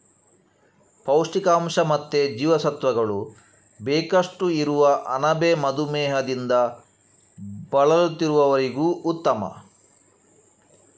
ಪೌಷ್ಟಿಕಾಂಶ ಮತ್ತೆ ಜೀವಸತ್ವಗಳು ಬೇಕಷ್ಟು ಇರುವ ಅಣಬೆ ಮಧುಮೇಹದಿಂದ ಬಳಲುತ್ತಿರುವವರಿಗೂ ಉತ್ತಮ